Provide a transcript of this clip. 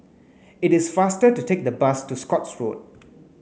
it is faster to take the bus to Scotts Road